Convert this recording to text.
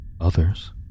Others